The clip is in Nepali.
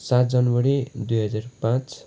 सात जनवरी दुई हजार पाँच